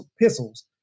epistles